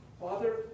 Father